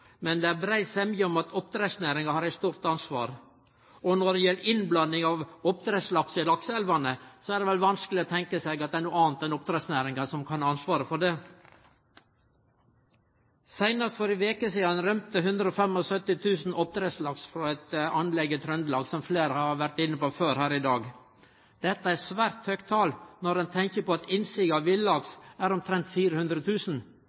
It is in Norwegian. men det er brei semje om at oppdrettsnæringa har eit stort ansvar, og når det gjeld innblanding av oppdrettslaks i lakseelvane, er det vel vanskeleg å tenkje seg at det er nokon andre enn oppdrettsnæringa som kan ha ansvaret for det. Seinast for ei veke sidan rømde 175 000 oppdrettslaks frå eit anlegg i Trøndelag, som fleire har vore inne på før her i dag. Dette er eit svært høgt tal, når ein tenkjer på at innsiget av